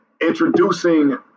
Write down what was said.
introducing